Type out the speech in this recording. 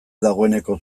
dagoeneko